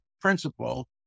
principle